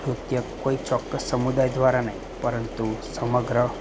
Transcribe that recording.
નૃત્ય કોઈ ચોક્કસ સમુદાય દ્વારા નહીં પરંતુ સમગ્ર